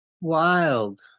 Wild